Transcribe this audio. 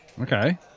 okay